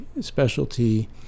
specialty